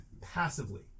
passively